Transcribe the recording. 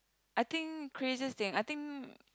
I think craziest thing I think